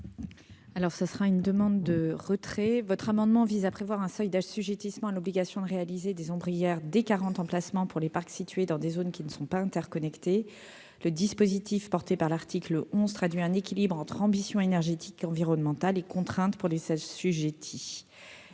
Alors ce sera une demande de retrait votre amendement vise à. Prévoir un seuil d'âge assujettissement à l'obligation de réaliser des hier des 40 emplacements pour les parcs situés dans des zones qui ne sont pas interconnectés le dispositif porté par l'article 11 traduit un équilibre entre ambitions énergétiques, environnementales et contrainte pour les assujettis